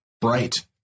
bright